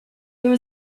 there